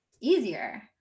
easier